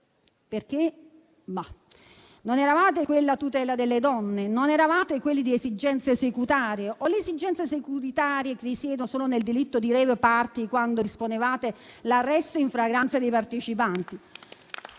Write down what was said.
Perché? Mah. Non eravate quelli a tutela delle donne? Non eravate quelli delle esigenze securitarie? O le esigenze securitarie risiedono solo nel delitto di *rave party*, quando disponevate l'arresto in flagranza dei partecipanti?